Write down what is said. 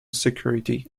security